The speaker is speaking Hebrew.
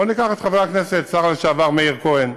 בואו ניקח את חבר הכנסת, השר לשעבר מאיר כהן,